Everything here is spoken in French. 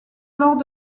lors